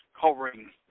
covering